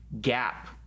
gap